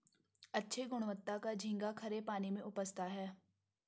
अच्छे गुणवत्ता का झींगा खरे पानी में उपजता है